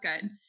good